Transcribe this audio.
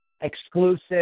exclusive